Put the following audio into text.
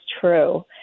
true